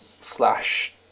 slash